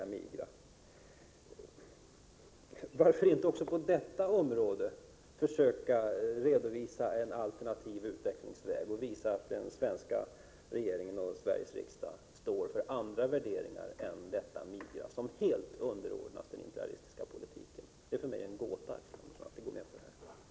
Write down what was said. Varför skulle man inte också på detta område försöka redovisa en alternativ utvecklingsväg och visa att den svenska regeringen och Sveriges riksdag står för andra värderingar än MIGA, som helt underordnas den imperialistiska politiken? Axel Andersson, det är för mig en gåta att ni går med på detta.